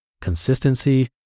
consistency